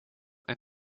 and